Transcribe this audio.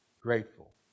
grateful